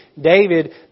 David